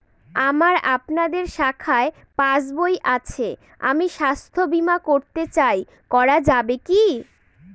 আমার আপনাদের শাখায় পাসবই আছে আমি স্বাস্থ্য বিমা করতে চাই করা যাবে কি?